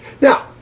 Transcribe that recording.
Now